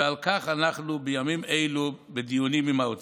ועל כך אנחנו בימים אלה בדיונים עם האוצר.